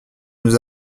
nous